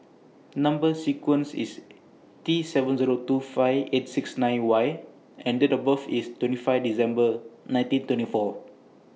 Number sequence IS T seven Zero two five eight six nine Y and Date of birth IS twenty five December nineteen twenty four